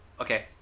okay